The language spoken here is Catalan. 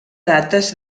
dates